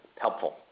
helpful